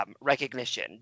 recognition